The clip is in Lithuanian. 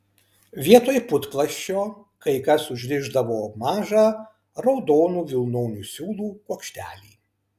vietoj putplasčio kai kas užrišdavo mažą raudonų vilnonių siūlų kuokštelį